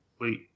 wait